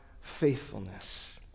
faithfulness